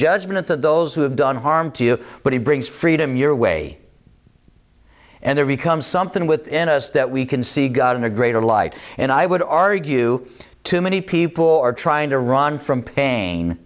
judgment that those who have done harm to you but he brings freedom your way and there becomes something within us that we can see god in a greater light and i would argue too many people are trying to run from pain